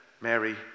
Mary